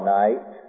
night